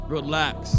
Relax